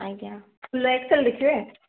ଆଜ୍ଞା ଫୁଲ୍ର X L ଦେଖିବେ